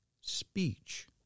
speech